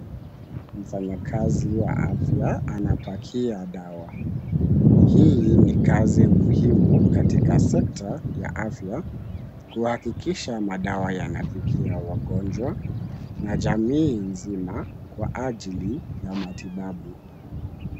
Mfanyakazi wa afya anaparkia dawa. Hii ni kazi muhimu katika sekta ya afya, kuhakikisha madawa yanafikia wagonjwa na jamii nzima kwa ajili ya matibabu.